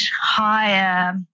higher